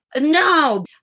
No